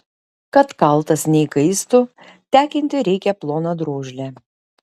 kad kaltas neįkaistų tekinti reikia ploną drožlę